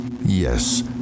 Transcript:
Yes